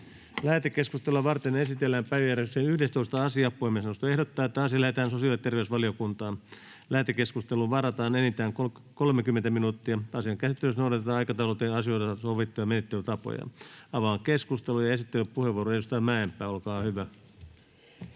Lähetekeskustelua varten esitellään päiväjärjestyksen 11. asia. Puhemiesneuvosto ehdottaa, että asia lähetetään sosiaali- ja terveysvaliokuntaan. Lähetekeskusteluun varataan enintään 30 minuuttia. Asian käsittelyssä noudatetaan aikataulutettujen asioiden osalta sovittuja menettelytapoja. — Avaan keskustelun. Esittelypuheenvuoro, edustaja Mäenpää, olkaa hyvä.